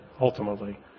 ultimately